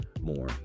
more